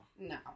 No